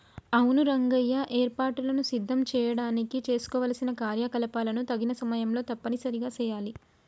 అవును రంగయ్య ఏర్పాటులను సిద్ధం చేయడానికి చేసుకోవలసిన కార్యకలాపాలను తగిన సమయంలో తప్పనిసరిగా సెయాలి